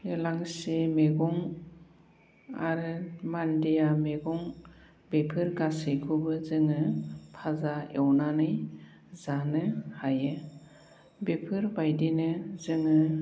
एलांसि मैगं आरो मान्दिया मैगं बेफोर गासैखौबो जोङो भाजा एवनानै जानो हायो बेफोरबायदिनो जोङो